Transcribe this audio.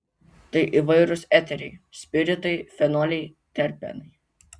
tai įvairūs eteriai spiritai fenoliai terpenai